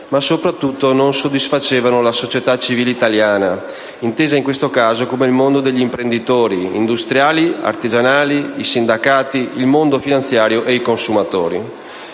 e soprattutto la società civile italiana, intesa in questo caso come il mondo degli imprenditori, industriali e artigianali, i sindacati, il mondo finanziario ed i consumatori.